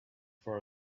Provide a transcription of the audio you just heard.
far